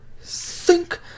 Sink